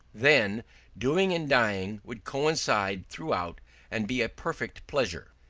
then doing and dying would coincide throughout and be a perfect pleasure.